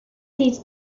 these